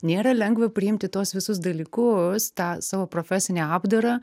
nėra lengva priimti tuos visus dalykus tą savo profesinį apdarą